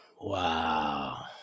Wow